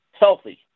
Healthy